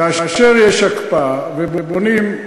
כאשר יש הקפאה ובונים,